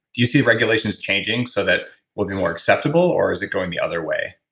do you see regulations changing so that it'll be more acceptable? or is it going the other way?